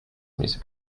music